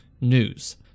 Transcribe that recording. news